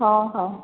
ହଁ ହଉ